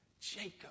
Jacob